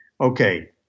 okay